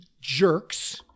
jerks